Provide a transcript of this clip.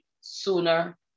sooner